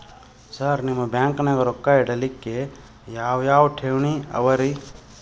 Sir ನಿಮ್ಮ ಬ್ಯಾಂಕನಾಗ ರೊಕ್ಕ ಇಡಲಿಕ್ಕೆ ಯಾವ್ ಯಾವ್ ಠೇವಣಿ ಅವ ರಿ?